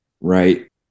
right